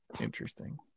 interesting